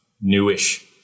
newish